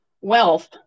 wealth